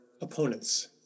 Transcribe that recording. opponents